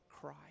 cry